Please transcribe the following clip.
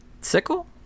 sickle